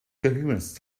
coherence